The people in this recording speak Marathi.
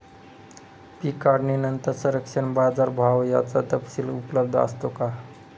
पीक काढणीनंतर संरक्षण व बाजारभाव याचा तपशील उपलब्ध असतो का?